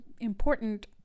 important